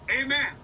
Amen